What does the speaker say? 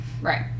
Right